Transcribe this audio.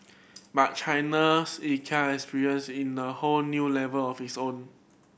but China's Ikea experience in a whole new level of its own